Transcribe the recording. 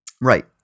Right